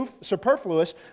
superfluous